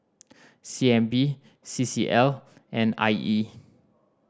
C N B C C L and I E